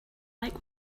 like